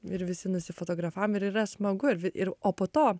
ir visi nusifotografam ir yra smagu ir vi ir o po to